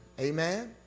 Amen